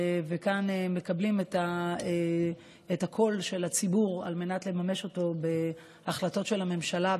וכאן מקבלים את הקול של הציבור על מנת לממש אותו בהחלטות של הממשלה,